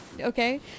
Okay